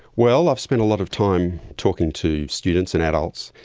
well, i've spent a lot of time talking to students and adults,